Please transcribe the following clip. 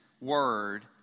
word